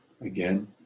again